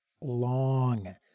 long